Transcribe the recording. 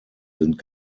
sind